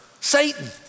Satan